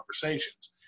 conversations